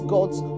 God's